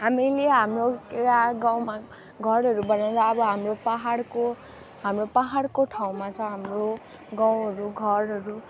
हामीले हाम्रो यहाँ गाउँमा घरहरूबाट अब हाम्रो पाहाडको हाम्रो पाहाडको ठाउँमा चाहिँ हाम्रो गाउँहरू घरहरू